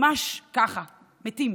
ממש ככה, מתים.